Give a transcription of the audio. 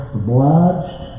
obliged